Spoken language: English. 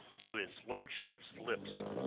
to his lordship's lips.